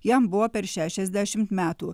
jam buvo per šešiasdešim metų